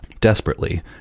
Desperately